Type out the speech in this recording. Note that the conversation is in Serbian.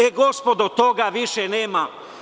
E, gospodo toga više nema.